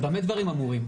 במה דברים אמורים?